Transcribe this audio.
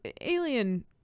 alien